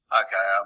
okay